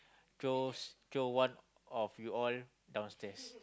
throw throw one of you all downstairs